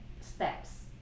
steps